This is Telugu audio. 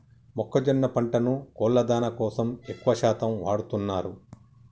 మొక్కజొన్న పంటను కోళ్ళ దానా కోసం ఎక్కువ శాతం వాడుతున్నారు